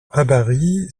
habary